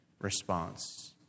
response